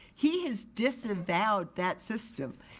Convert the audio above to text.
he has disavowed that system.